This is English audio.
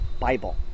Bible